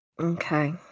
Okay